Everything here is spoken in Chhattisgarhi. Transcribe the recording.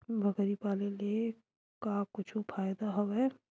बकरी पाले ले का कुछु फ़ायदा हवय?